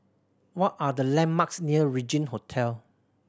what are the landmarks near Regin Hotel